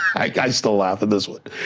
i still laugh at this one,